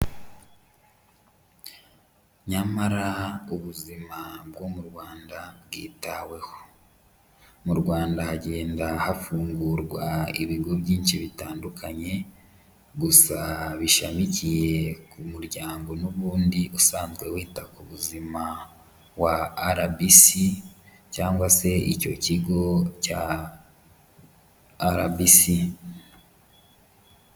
Nyamara ubuzima bwo mu Rwanda bwitaweho. Mu Rwanda hagenda hafungurwa ibigo byinshi bitandukanye, gusa bishamikiye ku muryango n'ubundi usanzwe wita ku buzima wa RBC cyangwa se icyo kigo cya RBC.